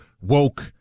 woke